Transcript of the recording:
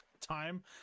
time